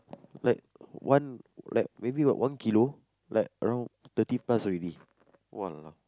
like one like maybe what one kilo like around thirty plus already !walao!